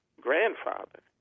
grandfather